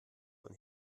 von